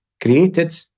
created